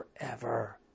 forever